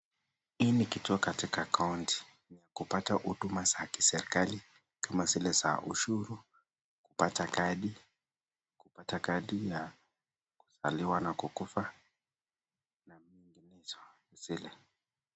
Hii ni kitu katika kauti ya kupata huduma za kiserikali kama vile za ushuru, kupata kadi ya kuzaliwa na kukufa na nyinginezo zile.